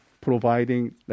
providing